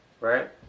Right